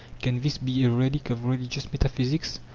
can this be a relic of religious metaphysics?